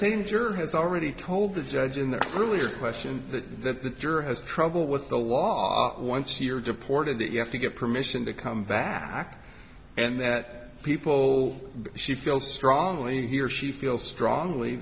jury has already told the judge in the earlier question the juror has trouble with the law once you're deported that you have to get permission to come back and that people she feels strongly that he or she feels strongly